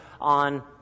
on